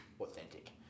authentic